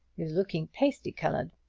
he was looking pasty-colored.